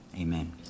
amen